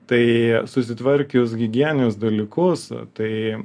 tai susitvarkius higieninius dalykus tai